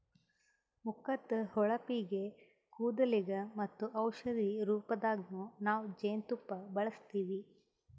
ಮುಖದ್ದ್ ಹೊಳಪಿಗ್, ಕೂದಲಿಗ್ ಮತ್ತ್ ಔಷಧಿ ರೂಪದಾಗನ್ನು ನಾವ್ ಜೇನ್ತುಪ್ಪ ಬಳಸ್ತೀವಿ